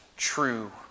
true